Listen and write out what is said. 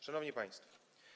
Szanowni Państwo!